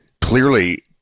clearly